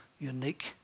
unique